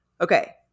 Okay